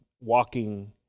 walking